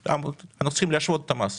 רוצים להשוות את המס